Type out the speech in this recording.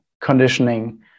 conditioning